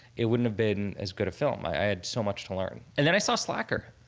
it wouldn't have been as good a film. i i had so much to learn. and then i saw slacker.